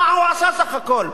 מה הוא עשה סך הכול?